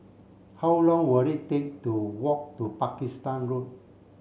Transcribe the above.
how long will it take to walk to Pakistan Road